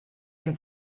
dem